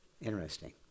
Interesting